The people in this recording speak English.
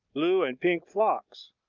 blue and pink phlox,